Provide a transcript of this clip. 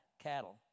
Cattle